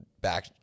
back